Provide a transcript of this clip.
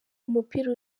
umupira